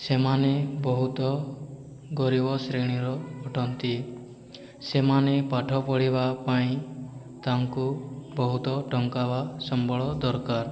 ସେମାନେ ବହୁତ ଗରିବ ଶ୍ରେଣୀର ଅଟନ୍ତି ସେମାନେ ପାଠ ପଢ଼ିବା ପାଇଁ ତାଙ୍କୁ ବହୁତ ଟଙ୍କା ବା ସମ୍ବଳ ଦରକାର